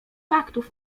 faktów